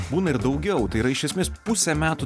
būna ir daugiau tai yra iš esmės pusę metų